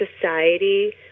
society